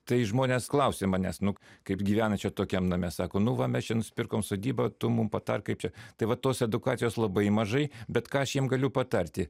tai žmonės klausė manęs nu kaip gyvena čia tokiam name sako nu va mes čia nusipirkom sodybą tu mums patark kaip čia tai va tos edukacijos labai mažai bet ką aš jiem galiu patarti